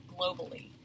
globally